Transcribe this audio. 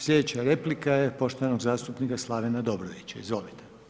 Slijedeća replika je poštovanog zastupnika Slavena Dobrovića, izvolite.